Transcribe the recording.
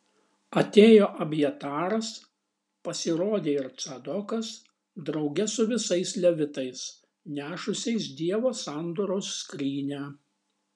atėjo abjataras pasirodė ir cadokas drauge su visais levitais nešusiais dievo sandoros skrynią